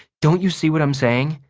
don't you see what i'm saying?